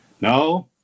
No